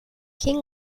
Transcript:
king